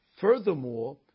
Furthermore